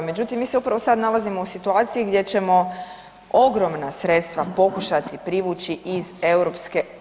Međutim, mi se upravo sada nalazimo u situaciji gdje ćemo ogromna sredstva pokušati privući iz EU.